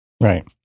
Right